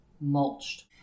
mulched